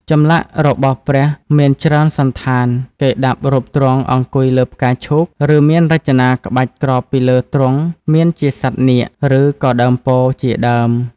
ចម្លាក់របស់ព្រះមានច្រើនសណ្ឋានគេដាប់រូបទ្រង់អង្គុយលើផ្កាឈូកឬមានរចនាក្បាច់ក្របពីលើទ្រង់មានជាសត្វនាគឬក៏ដើមពោធិ៍ជាដើម។